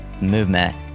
movement